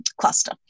cluster